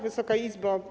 Wysoka Izbo!